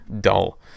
dull